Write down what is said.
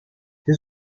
des